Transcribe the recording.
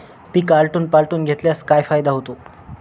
पीक आलटून पालटून घेतल्यास काय फायदा होतो?